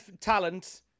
talent